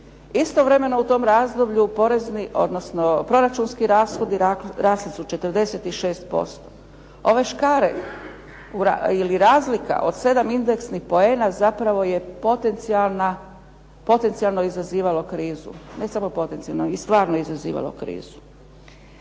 Istovremeno u tom razdoblju proračunski rashodi rasli su 46%, ove škare ili razlika od 7 indeksnih poena zapravo je potencijalno izazivalo krizu, ne samo potencijalno nego stvarno izazivalo krizu.